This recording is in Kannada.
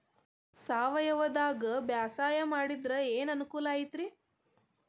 ಸಾವಯವದಾಗಾ ಬ್ಯಾಸಾಯಾ ಮಾಡಿದ್ರ ಏನ್ ಅನುಕೂಲ ಐತ್ರೇ?